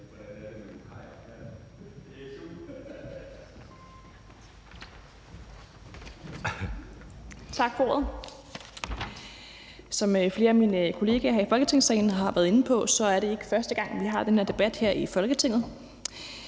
Tak for ordet. Som flere af mine kollegaer her i Folketingssalen har været inde på, er det ikke første gang, vi har den her debat her i Folketinget.